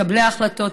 כמקבלי החלטות,